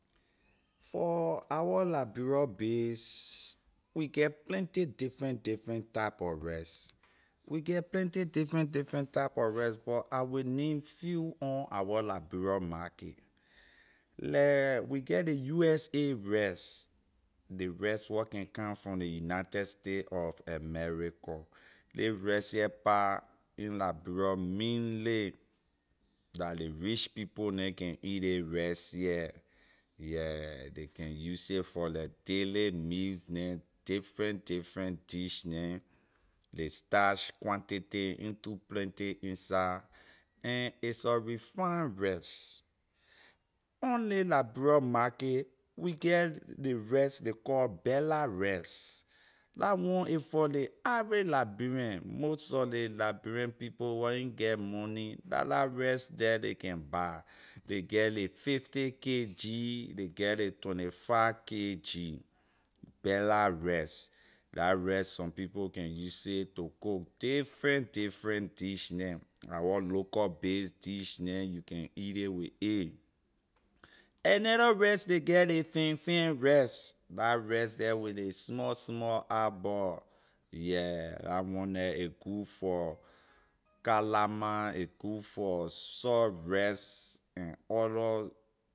For our liberia base we get plenty different different type of rice we get plenty different different type of rice but i’ll name few on our liberia markay leh we get ley usa rice ley rice where can come from the united states of america ley rice here pah in liberia mainly la ley rich people neh can eat ley rice heh yeah ley can use it for la daily meals neh and different different dish neh ley stash quantity ain’t too plenty inside and it’s sor refined rice on ley liberia markay we get ley rice ley call bella rice la one a for ley average liberian most sor ley liberian people where ain’t get money la la rice the ley can buy ley can ley fifty kg ley get ley twenty five kg bella rice la rice some people can use it to cook different different dish neh our local base dish neh you can eat with a another rice ley get ley fanfan rice la rice the with ley small small eye ball yeah la one the a good for kalama a good for soft rice and other